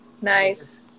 Nice